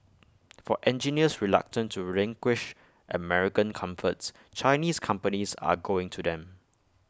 for engineers reluctant to relinquish American comforts Chinese companies are going to them